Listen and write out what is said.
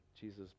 Jesus